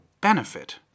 benefit